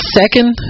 second